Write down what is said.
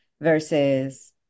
versus